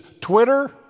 Twitter